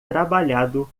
trabalhado